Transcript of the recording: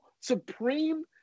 Supreme